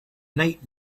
night